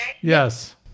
Yes